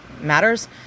matters